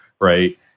Right